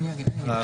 נכון?